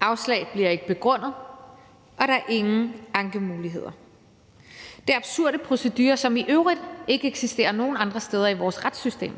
afslag bliver ikke begrundet, og der er ingen ankemuligheder. Det er absurde procedurer, som i øvrigt ikke eksisterer nogen andre steder i vores retssystem.